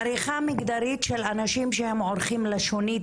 עריכה מגדרית של אנשים שהם עורכים לשונית